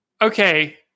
Okay